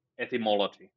etymology